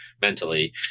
mentally